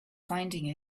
finding